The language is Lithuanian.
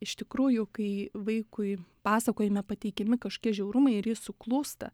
iš tikrųjų kai vaikui pasakojime pateikiami kažokie žiaurumai ir jis suklūsta